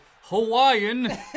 Hawaiian